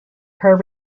per